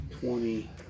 twenty